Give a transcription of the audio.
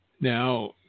Now